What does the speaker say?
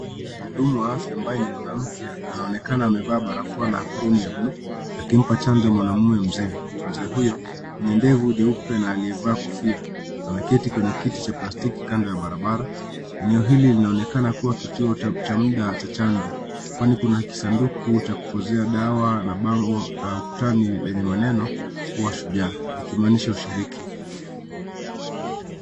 Mhudumu wa afya ambaye ni mwanamke anaonekana amevaa barakoa na aproni ya buluu akimpa chanjo mwanaume mzee. Mzee huyu mwenye ndevu jeupe na aliyevaa kofia ameketi kwenye kiti cha plastiki kando ya barabara eneo hili linaonekana kuwa ni kituo cha muda wa chanjo kwani kuna kisanduku cha kupozea dawa na bango ukutani lenye maneno kuwa shujaa likimaanisha ushiriki.